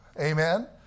Amen